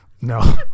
No